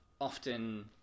often